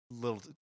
little